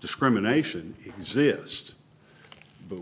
discrimination exist but